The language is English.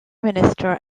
minister